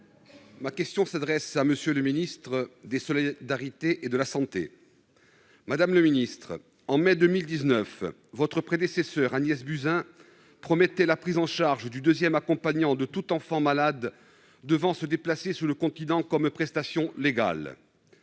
Ma question s'adresse à M. le ministre des solidarités et de la santé. En mai 2019, son prédécesseur, Agnès Buzyn, promettait la prise en charge du deuxième accompagnant de tout enfant malade devant se déplacer sur le continent comme prestation légale.